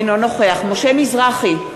אינו נוכח משה מזרחי,